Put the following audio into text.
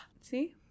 See